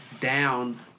down